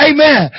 Amen